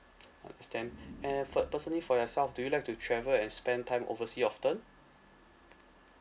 understand and for personally for yourself do you like to travel and spend time oversea often